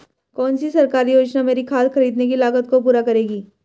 कौन सी सरकारी योजना मेरी खाद खरीदने की लागत को पूरा करेगी?